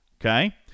Okay